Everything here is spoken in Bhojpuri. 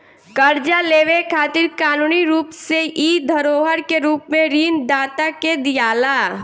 कर्जा लेवे खातिर कानूनी रूप से इ धरोहर के रूप में ऋण दाता के दियाला